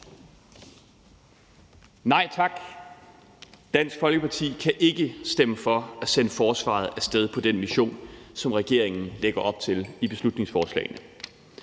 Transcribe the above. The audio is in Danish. Nej tak. Dansk Folkeparti kan ikke stemme for at sende forsvaret af sted på den mission, som regeringen lægger op til i beslutningsforslagene.